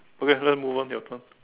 okay certain move on your turn